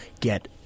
get